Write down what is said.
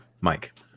Mike